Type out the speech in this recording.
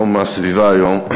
יום הסביבה היום,